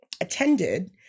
attended